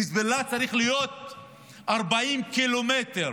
חיזבאללה צריך להיות 40 קילומטר,